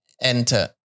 enter